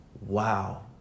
wow